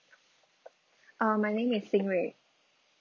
uh my name is sing rui